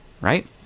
right